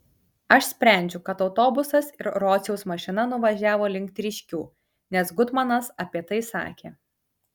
aš sprendžiu kad autobusas ir rociaus mašina nuvažiavo link tryškių nes gutmanas apie tai sakė